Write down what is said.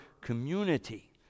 community